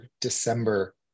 December